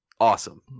awesome